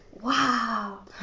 Wow